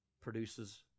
produces